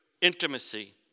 intimacy